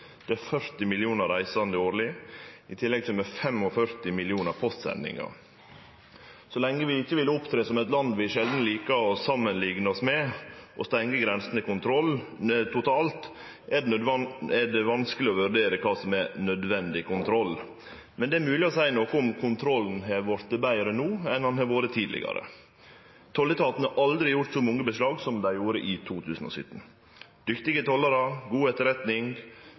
Det er 40 millionar reisande årleg. I tillegg kjem over 45 millionar postsendingar. Så lenge vi ikkje vil opptre som eit land vi sjeldan likar å samanlikne oss med, og stengje grensene totalt, er det vanskeleg å vurdere kva som er «nødvendig kontroll», men det er mogleg å seie noko om kontrollen har vorte betre no enn han har vore tidlegare. Tolletaten har aldri gjort så mange beslag som dei gjorde i 2017. Dyktige tollarar, god etterretning,